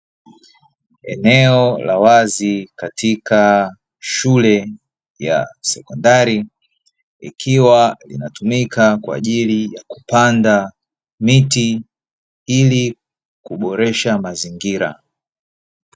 Eneo la wazi katika shule ya sekondari, ikiwa linatumika kwajili ya kupanda miti ili kuboresha mazingira.